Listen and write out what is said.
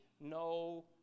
no